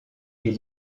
est